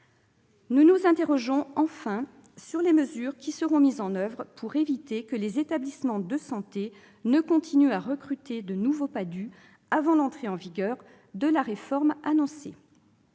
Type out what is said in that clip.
Nous nous interrogeons enfin sur les mesures qui seront mises en oeuvre pour éviter que les établissements de santé ne continuent à recruter de nouveaux PADHUE avant l'entrée en vigueur de la réforme annoncée.